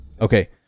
Okay